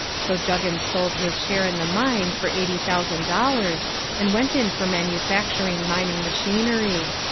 so juggins sold his share in the mine for eighty thousand dollars and went in for manufacturing mining machinery.